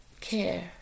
care